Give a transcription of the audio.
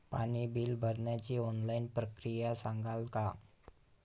पाणी बिल भरण्याची ऑनलाईन प्रक्रिया सांगाल का?